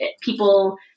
people